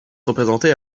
représentées